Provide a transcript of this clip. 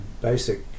basic